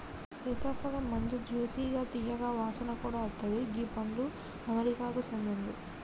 సీతాఫలమ్ మంచి జ్యూసిగా తీయగా వాసన కూడా అత్తది గీ పండు అమెరికాకు సేందింది